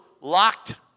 locked